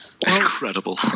Incredible